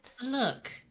look